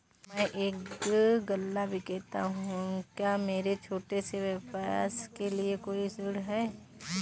मैं एक गल्ला विक्रेता हूँ क्या मेरे छोटे से व्यवसाय के लिए कोई ऋण है?